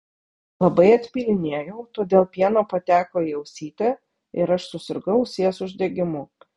labai atpylinėjau todėl pieno pateko į ausytę ir aš susirgau ausies uždegimu